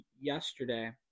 yesterday